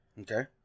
Okay